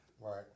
Right